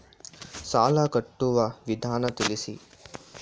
ಸಾಲ ಕಟ್ಟುವ ವಿಧಾನ ತಿಳಿಸಿ?